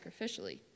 sacrificially